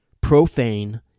profane